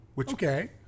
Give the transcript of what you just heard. Okay